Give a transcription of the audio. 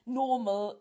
normal